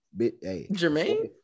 Jermaine